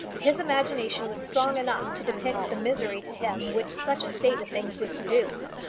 his imagination was strong enough to depict the misery to him which such a state of things would produce.